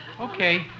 Okay